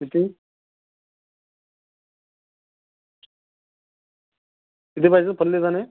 किती किती पाहिजे फल्लीदाणे